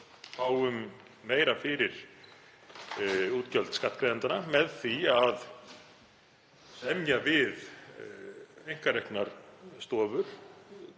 og fáum meira fyrir útgjöld skattgreiðendanna með því að semja við einkareknar stofur